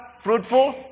fruitful